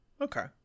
Okay